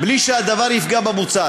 בלי שהדבר יפגע במוצר,